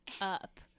up